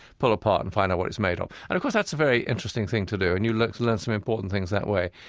pull apart and find out what it's made of. um and, of course, that's a very interesting thing to do, and you learn learn some important things that way.